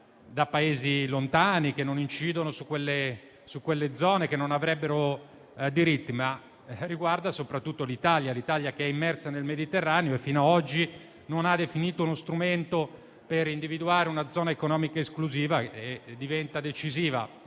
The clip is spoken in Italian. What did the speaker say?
di Stati lontani che non incidono su quelle zone, che non avrebbero diritti, ma riguardano soprattutto l'Italia, che è immersa nel Mediterraneo e fino ad oggi non ha definito uno strumento per individuare una zona economica esclusiva e diventa decisiva.